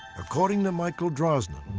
according to michael drosnin,